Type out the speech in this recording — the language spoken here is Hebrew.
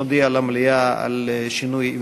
נודיע למליאה על שינוי.